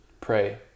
pray